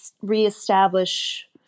reestablish